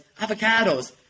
avocados